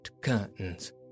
curtains